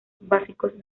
básicos